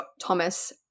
Thomas